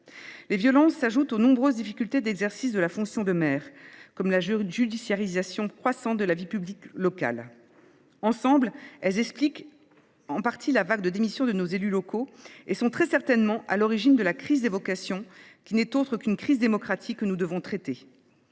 Les violences s’ajoutent aux nombreuses difficultés d’exercice de la fonction de maire, comme la judiciarisation croissante de la vie publique locale. Accumulées, elles expliquent en partie la vague de démission de nos élus locaux et sont très certainement à l’origine de la crise des vocations, qui n’est autre qu’une crise démocratique que nous devons traiter.